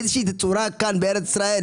אין לי הסתייגויות לסעיף 1, מטרה לתוכנית.